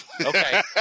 Okay